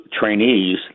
trainees